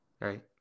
right